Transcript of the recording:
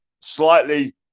slightly